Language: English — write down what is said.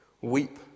weep